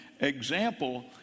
example